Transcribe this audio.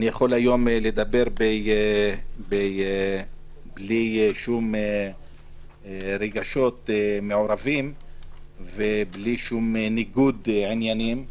אני יכול היום לדבר בלי שום רגשות מעורבים ובלי שום ניגוד עניינים,